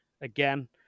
again